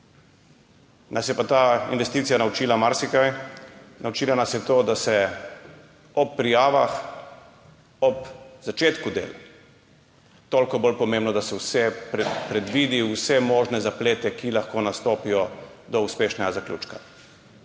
Nas je pa ta investicija marsikaj naučila. Naučila nas je to, da je ob prijavah, ob začetku del toliko bolj pomembno, da se vse predvidi, vse možne zaplete, ki lahko nastopijo do uspešnega zaključka.